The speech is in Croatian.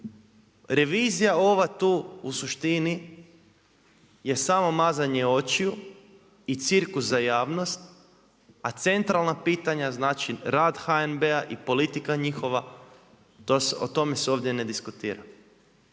Revizija ova tu u suštini je samo mazanje očiju i cirkus za javnost, a centralan pitanja, znači rad HNB-a i politika njihova, o tome se ovdje ne diskutira.